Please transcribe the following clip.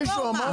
מישהו אמר את זה?